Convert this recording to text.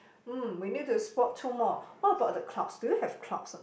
mm we need to spot two more what about the clouds do you have clouds or not